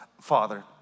father